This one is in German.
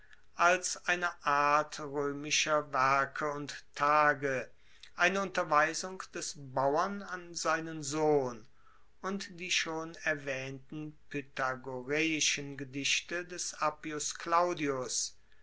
als eine art roemischer werke und tage eine unterweisung des bauern an seinen sohn und die schon erwaehnten pythagoreischen gedichte des appius claudius